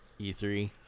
E3